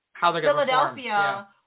Philadelphia